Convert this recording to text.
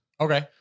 Okay